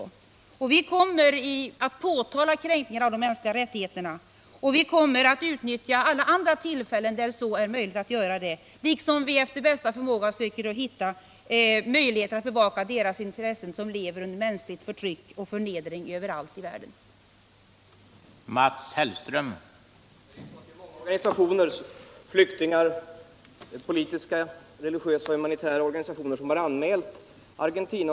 Vi kommer, där så är möjligt, att utnyttja alla andra tillfällen att påtala kränkningarna av de mänskliga rättigheterna, och vi kommer efter bästa förmåga att försöka hitta möjligheter att bevaka rättigheterna för dem som lever under omänskligt förtryck och i förnedring överallt i världen. Herr talman! Under flera år har flyktingar tillhörande många olika organisationer — politiska, religiösa och humanitära — anmält Argentina och Uruguay till FN:s mänskliga rättighetskommission. Men det krävs att medlemsstater i FN aktivt arbetar för att dessa länder skall tas upp på dagordningen. Jag måste dra den slutsatsen av utrikesministerns svar, att Sverige inte aktivt har arbetat för att få upp Argentina och Uruguay på dagordningen.